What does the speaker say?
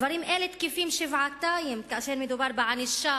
דברים אלה תקפים שבעתיים כאשר מדובר בענישה